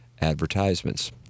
advertisements